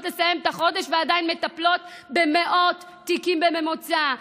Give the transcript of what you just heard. לסיים את החודש ועדיין מטפלות במאות תיקים בממוצע.